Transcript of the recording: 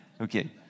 Okay